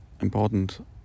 important